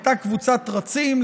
הייתה קבוצת רצים.